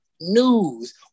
news